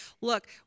look